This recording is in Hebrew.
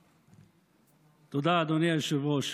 תודה, אדוני היושב-ראש.